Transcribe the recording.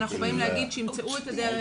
אנחנו באים להגיד שימצאו את הדרך,